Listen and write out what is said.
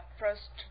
first